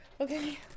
Okay